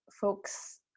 folks